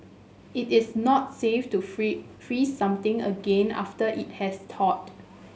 it is not safe to free freeze something again after it has thawed